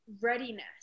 readiness